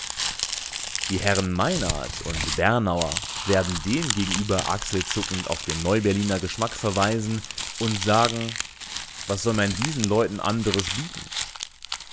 die herren meinhard und bernauer werden demgegenüber achselzuckend auf den neu-berliner geschmack verweisen und sagen was soll man diesen leuten anderes bieten